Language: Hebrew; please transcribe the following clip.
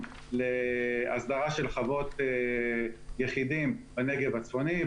להסדרה של חוות יחידים בנגב הצפוני,